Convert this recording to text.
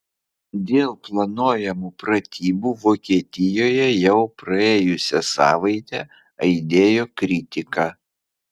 dėl planuojamų pratybų vokietijoje jau praėjusią savaitę aidėjo kritika